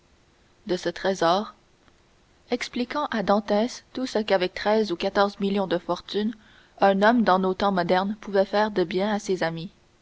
de ce trésor expliquant à dantès tout ce qu'avec treize ou quatorze millions de fortune un homme dans nos temps modernes pouvait faire de bien à ses amis